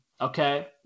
Okay